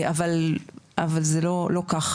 אבל זה לא כך,